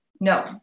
No